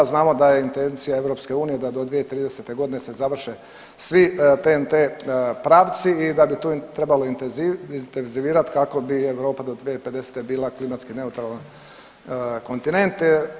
Znamo da je intencija EU da do 2030. se završe svi TEN-T pravci i da bi tu trebalo intenzivirati kako bi Europa do 2050. bila klimatski neutralan kontinent.